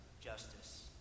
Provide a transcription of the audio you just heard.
justice